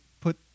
put